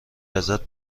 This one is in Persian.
ازت